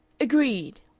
agreed,